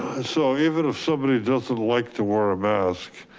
ah so even if somebody doesn't like to wear a mask,